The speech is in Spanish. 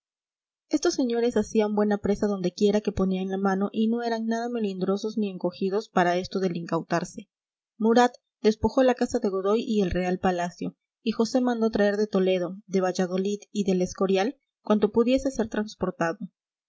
estos señores hacían buena presa donde quiera que ponían la mano y no eran nada melindrosos ni encogidos para esto del incautarse murat despojó la casa de godoy y el real palacio y josé mandó traer de toledo de valladolid y del escorial cuanto pudiese ser transportado